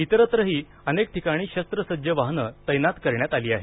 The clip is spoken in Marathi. इतरही अनेक ठिकाणी शस्त्रसज्ज वाहनं तैनात करण्यात आली आहेत